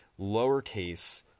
Lowercase